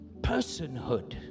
personhood